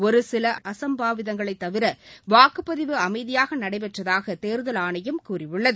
ஒருசில அசம்பாவிதங்களைத் தவிர வாக்குப்பதிவு அமைதியாக நடைபெற்றதாக தேர்தல் ஆணையம் கூறியுள்ளது